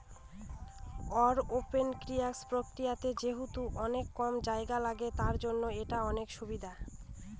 aeroponics প্রক্রিয়াতে যেহেতু অনেক কম জায়গা লাগে, তার জন্য এটার অনেক সুবিধা